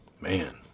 Man